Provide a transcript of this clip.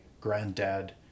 granddad